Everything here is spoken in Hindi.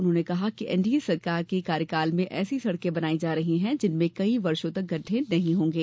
उन्होंने कहा कि एनडीए सरकार के कार्यकाल में ऐसी सड़के बनाई जा रही है जिनमें कई वर्षो तक गड्डे नहीं होंगे